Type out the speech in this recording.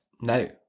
No